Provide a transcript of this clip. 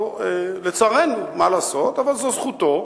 לצערנו, מה לעשות, אבל זו זכותו,